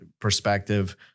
perspective